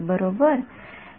बरोबर तर ती फक्त एक रेषा आहे